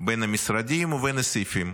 בין המשרדים ובין הסעיפים.